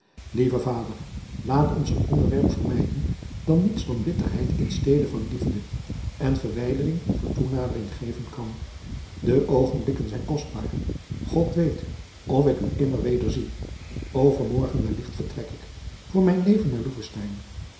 lieve vader laat ons een onderwerp vermijden dat niets dan bitterheid in stede van liefde en verwijdering voor toenadering geven kan de oogenblikken zijn kostbaar god weet of ik u immer wederzie overmorgen wellicht vertrek ik voor mijn leven naar